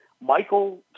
Michael